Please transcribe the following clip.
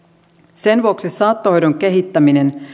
sen vuoksi saattohoidon kehittäminen